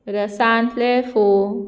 रसांतले फोव